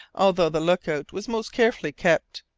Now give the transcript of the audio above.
although the look-out was most carefully kept.